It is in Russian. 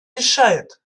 мешает